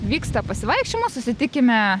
vyksta pasivaikščiojimas susitikime